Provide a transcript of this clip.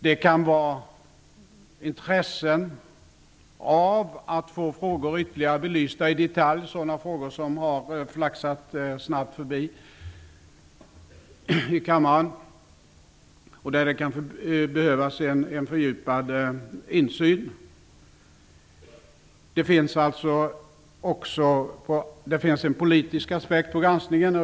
Det kan finnas intresse av att få frågor ytterligare belysta i detalj, sådana frågor som har flaxat snabbt förbi i kammaren och där det kan behövas en fördjupad insyn. Det finns en politisk aspekt på granskningen.